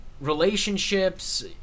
relationships